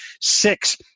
Six